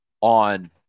on